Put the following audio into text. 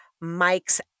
Mike's